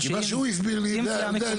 כי מה שהוא הסביר לי, זה עניתי.